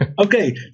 Okay